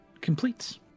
completes